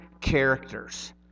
characters